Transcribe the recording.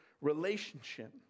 relationship